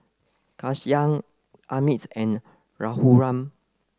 Ghanshyam Amit and Raghuram